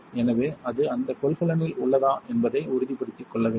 எனவே அது அந்த கொள்கலனில் உள்ளதா என்பதை உறுதிப்படுத்திக் கொள்ள வேண்டும்